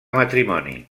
matrimoni